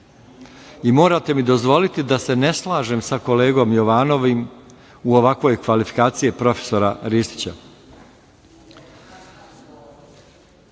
i morate mi dozvoliti da se ne slažem sa kolegom Jovanovim u ovakvoj kvalifikaciji profesora Ristića.